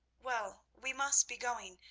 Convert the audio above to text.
well, we must be going,